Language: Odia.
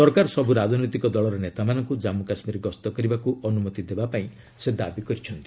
ସରକାର ସବୁ ରାଜନୈତିକ ଦଳର ନେତାମାନଙ୍କୁ ଜାମ୍ମୁ କାଶ୍ମୀର ଗସ୍ତ କରିବାକୁ ଅନୁମତି ଦେବା ପାଇଁ ସେ ଦାବି କରିଛନ୍ତି